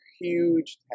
huge